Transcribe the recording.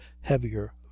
heavier